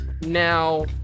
now